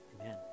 Amen